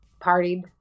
partied